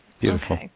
Beautiful